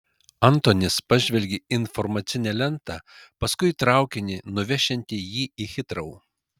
antonis pažvelgė į informacinę lentą paskui į traukinį nuvešiantį jį į hitrou